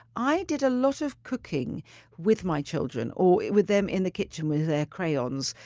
i did a lot of cooking with my children, or with them in the kitchen with their crayons.